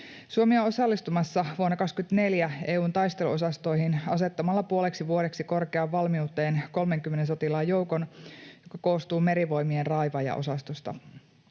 Suomi on osallistumassa vuonna 24 EU:n taisteluosastoihin asettamalla puoleksi vuodeksi korkeaan valmiuteen 30 sotilaan joukon, joka koostuu Merivoimien raivaajaosastosta.